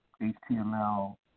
HTML